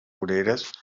voreres